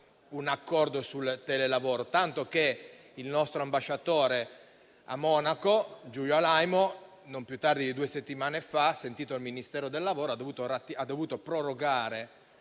un accordo sul telelavoro, tanto che il nostro ambasciatore a Monaco Giulio Alaimo non più tardi di due settimane fa, sentito il Ministero del lavoro, ha dovuto prorogare